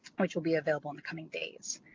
which will be available in the coming days.